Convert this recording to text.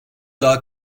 daha